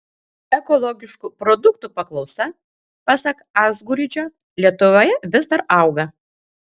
ekologiškų produktų paklausa pasak azguridžio lietuvoje vis dar auga